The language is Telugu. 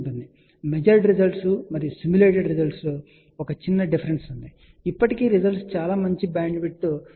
కాబట్టి మెజర్డ్ రిజల్ట్స్ మరియు సిమ్యులేటెడ్ రిజల్ట్స్ లో ఒక చిన్న డిఫరెన్స్ ఉంది కానీ ఇప్పటికీ రిజల్ట్స్ చాలా మంచి బ్యాండ్విడ్త్ 19